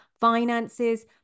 finances